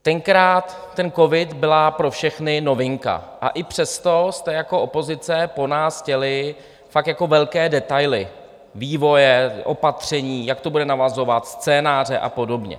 Tenkrát ten covid byla pro všechny novinka, a i přesto jste jako opozice po nás chtěli fakt jako velké detaily vývoje, opatření, jak to bude navazovat, scénáře a podobně.